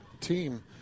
team